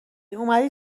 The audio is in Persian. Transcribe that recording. اومدی